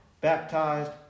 baptized